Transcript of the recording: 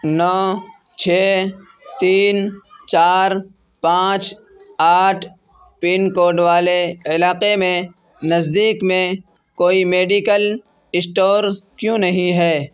نو چھ تین چار پانچ آٹھ پن کوڈ والے علاقے میں نزدیک میں کوئی میڈیکل اسٹور کیوں نہیں ہے